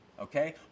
okay